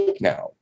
now